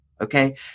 Okay